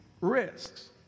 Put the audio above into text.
risks